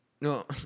no